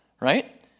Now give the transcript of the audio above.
right